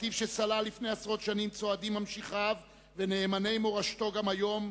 בנתיב שסלל לפני עשרות שנים צועדים ממשיכיו ונאמני מורשתו גם היום,